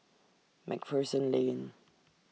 MacPherson Lane